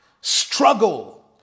struggle